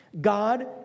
God